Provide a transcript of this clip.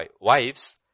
wives